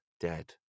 dead